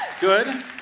Good